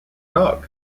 dog